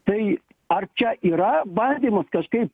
tai ar čia yra bandymas kažkaip